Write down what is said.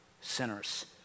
sinners